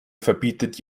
verbietet